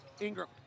Ingram